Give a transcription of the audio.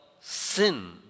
sin